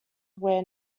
where